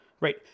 Right